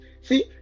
see